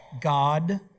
God